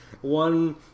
one